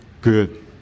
good